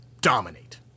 dominate